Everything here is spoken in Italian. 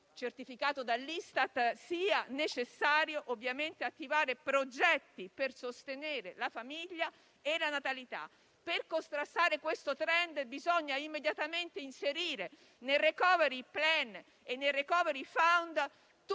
certificato dall'Istat sia necessario attivare progetti per sostenere la famiglia e la natalità. Per contrastare questo *trend* bisogna immediatamente inserire nel *recovery plan* e nel *recovery fund*